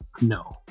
No